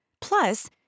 Plus